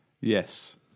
yes